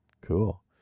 cool